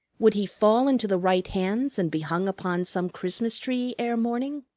would he fall into the right hands and be hung upon some christmas tree ere morning?